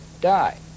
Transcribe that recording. die